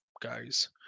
guys